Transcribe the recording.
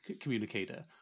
communicator